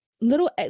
little